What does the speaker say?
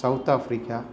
South Africa